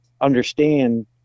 understand